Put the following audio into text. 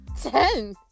Ten